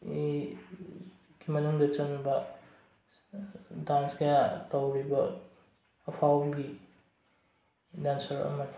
ꯃꯅꯨꯡꯗ ꯆꯟꯕ ꯗꯥꯟꯁ ꯀꯌꯥ ꯇꯧꯔꯤꯕ ꯑꯐꯥꯎꯕꯤ ꯗꯥꯟꯁꯔ ꯑꯃꯅꯤ